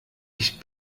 ich